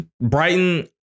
Brighton